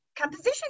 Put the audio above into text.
composition